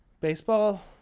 baseball